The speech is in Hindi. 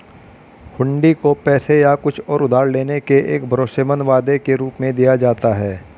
हुंडी को पैसे या कुछ और उधार लेने के एक भरोसेमंद वादे के रूप में दिया जाता है